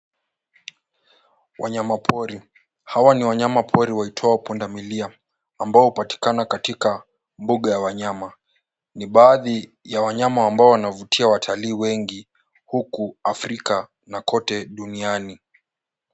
Wanyamapori, hawa ni wanyamapori waitwao pundamilia ambao hupatikana katika mbuga ya wanyama. Ni baadhi ya wanyama ambao wanavutia watalii wengi huku Afrika na kote duniani.